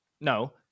no